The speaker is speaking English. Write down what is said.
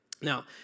Now